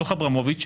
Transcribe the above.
דוח אברמוביץ',